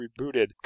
rebooted